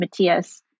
Matthias